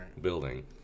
Building